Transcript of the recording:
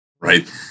right